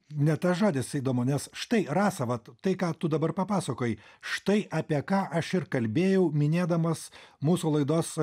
ne tas žodis įdomu nes štai rasa vat tai ką tu dabar papasakojai štai apie ką aš ir kalbėjau minėdamas mūsų laidos